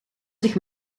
zich